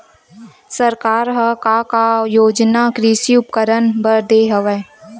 सरकार ह का का योजना कृषि उपकरण बर दे हवय?